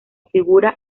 figura